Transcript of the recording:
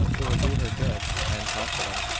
it will do her good, i am confident.